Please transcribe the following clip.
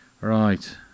Right